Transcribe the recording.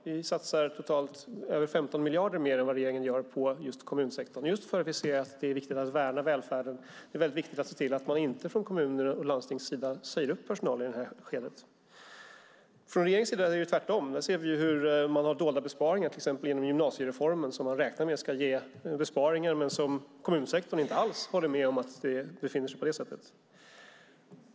Vi satsar totalt över 15 miljarder mer än vad regeringen gör på just kommunsektorn för att vi anser att det är viktigt att värna välfärden, viktigt att se till att man på kommun och landstingssidan inte säger upp personal i detta skede. Från regeringens sida gör man tvärtom. Där ser vi hur man har dolda besparingar, till exempel inom gymnasiereformen som man räknar med ska ge besparingar, vilket kommunsektorn inte alls håller med om.